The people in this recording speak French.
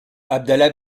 abdallah